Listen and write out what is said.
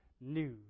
news